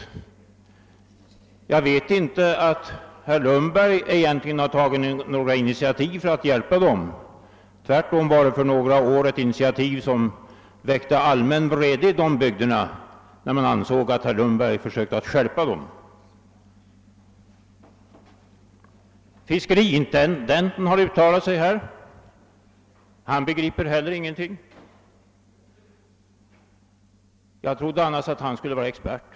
Men jag vet inte om herr Lundberg har tagit några egentliga initiativ för att hjälpa dem. Tvärtom tog herr Lundberg för några år sedan ett initiativ, som väckte allmän vrede i dessa bygder. Invånarna där ansåg att herr Lundberg försökte stjälpa dem. Fiskeriintendenten har uttalat sig i denna fråga, men han begriper tydligen heller ingenting. Jag trodde annars att han var expert.